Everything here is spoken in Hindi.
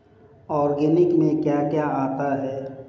ऑर्गेनिक में क्या क्या आता है?